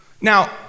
Now